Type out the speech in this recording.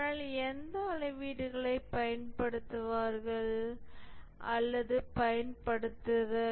ஆனால் எந்த அளவீடுகளைப் பயன்படுத்துதல்